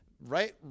right